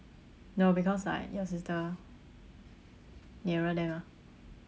no because like your sister nearer there mah